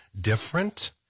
different